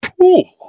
pool